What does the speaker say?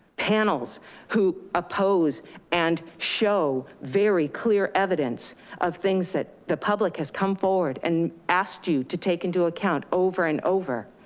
panels who oppose and show very clear evidence of things that the public has come forward and asked you to take into account over and over.